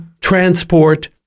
transport